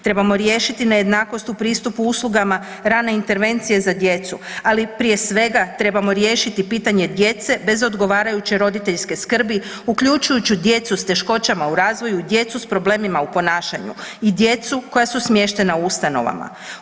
Trebamo riješiti nejednakost u pristupu uslugama rane intervencije za djecu, ali prije svega trebamo riješiti pitanje djece bez odgovarajuće roditeljske skrbi uključujući djecu s teškoćama u razvoju, djecu s problemima u ponašanju i djecu koja su smještena u ustanovama.